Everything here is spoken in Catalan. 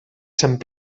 sant